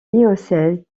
diocèse